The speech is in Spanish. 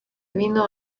vino